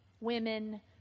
women